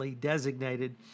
designated